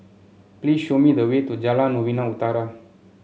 please show me the way to Jalan Novena Utara